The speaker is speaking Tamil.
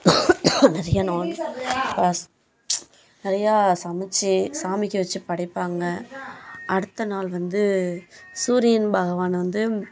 நிறைய நான் நிறையா சமைத்து சாமிக்கு வச்சு படைப்பாங்க அடுத்த நாள் வந்து சூரியன் பகவானை வந்து